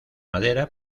madera